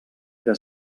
era